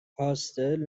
پاستل